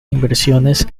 inversiones